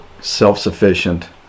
self-sufficient